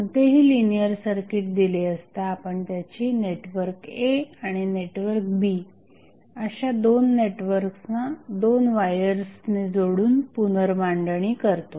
कोणतेही linear circuit दिले असता आपण त्याची नेटवर्क A आणि नेटवर्क B अशा दोन नेटवर्कना दोन वायर्स ने जोडून पुनर्मांडणी करतो